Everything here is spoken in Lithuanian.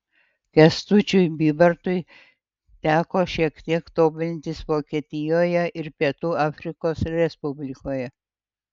kęstučiui bybartui teko šiek tiek tobulintis vokietijoje ir pietų afrikos respublikoje